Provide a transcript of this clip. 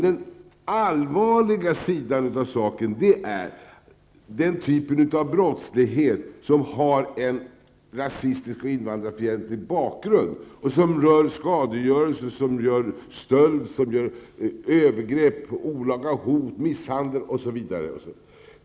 Den allvarliga sidan av saken är den typ av brottslighet som har en rasistisk och invandrarfientlig bakgrund och som rör skadegörelse, stöld, övergrepp, olaga hot, misshandel osv.